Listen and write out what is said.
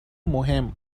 مهم